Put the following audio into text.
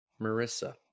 marissa